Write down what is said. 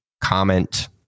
comment